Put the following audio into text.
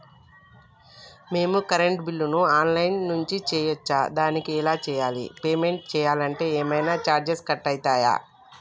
మేము కరెంటు బిల్లును online నుంచి చేయచ్చా? దానికి ఎలా చేయాలి? పేమెంట్ చేయాలంటే ఏమైనా చార్జెస్ కట్ అయితయా?